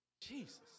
Jesus